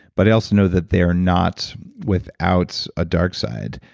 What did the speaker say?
but i also know that they are not without a dark side.